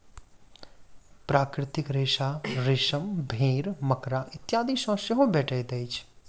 प्राकृतिक रेशा रेशम, भेंड़, मकड़ा इत्यादि सॅ सेहो भेटैत अछि